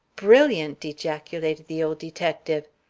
brilliant! ejaculated the old detective.